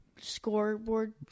scoreboard